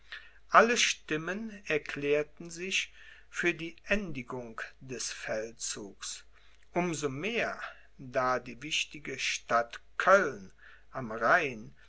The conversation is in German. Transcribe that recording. alle stimmen erklärten sich für die endigung des feldzugs um so mehr da die wichtige stadt köln am rhein